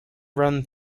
run